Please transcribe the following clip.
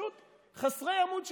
פשוט חסרי עמוד שדרה.